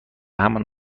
همان